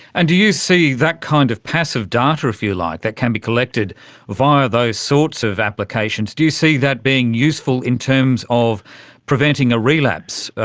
and do you see that kind of passive data, if you like, that can be collected via those sorts of applications, do you see that being useful in terms of preventing a relapse,